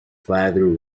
father